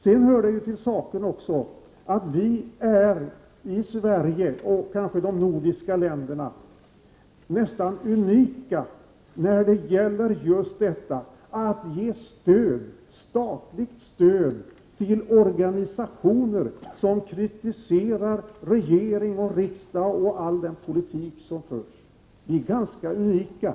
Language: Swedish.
Det hör också till saken att vi i Sverige och de andra nordiska länderna nästan är unika när det gäller att just ge statligt stöd till organisationer som kritiserar regering och riksdag och all den politik som förs. Vi är ganska unika.